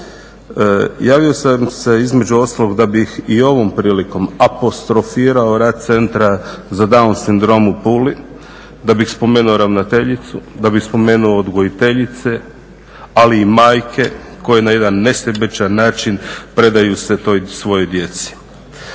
Javio sam se između ostalog da bih i ovim prilikom apostrofirao rad Centra za Downov sindrom u Puli, da bih spomenuo ravnateljicu, da bih spomenuo odgojiteljice ali i majke koje na jedan nesebičan način predaju se toj svojoj djeci.